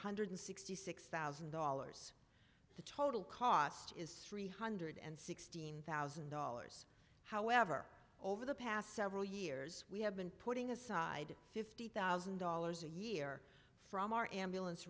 hundred sixty six thousand dollars the total cost is three hundred and sixteen thousand dollars however over the past several years we have been putting aside fifty thousand dollars a year from our ambulance